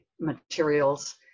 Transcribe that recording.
Materials